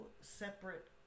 separate